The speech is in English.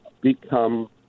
become